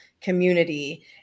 community